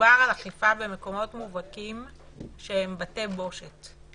-- מדובר על אכיפה במקומות המובהקים של בתי בושת,